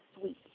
sweet